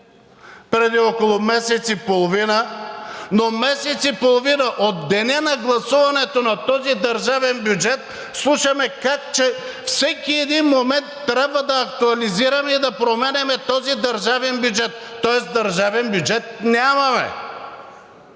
преди около месец и половина, но месец и половина от деня на гласуването на този държавен бюджет слушаме как, че всеки един момент трябва да актуализираме и променяме този държавен бюджет, тоест държавен бюджет нямаме.